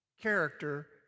Character